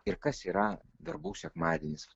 ir kas yra verbų sekmadienis